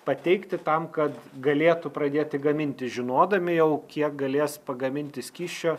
pateikti tam kad galėtų pradėti gaminti žinodami jau kiek galės pagaminti skysčio